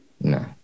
no